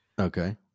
Okay